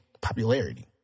popularity